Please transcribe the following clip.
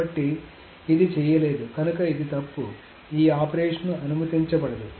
కాబట్టి ఇది చేయలేదు కనుక ఇది తప్పు కాబట్టి ఈ ఆపరేషన్ అనుమతించబడదు